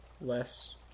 less